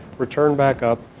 return back up,